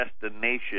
destination